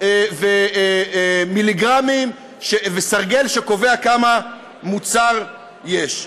ומיליגרמים וסרגל שקובע כמה מוצר יש.